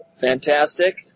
Fantastic